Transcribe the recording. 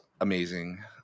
amazing